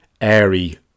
airy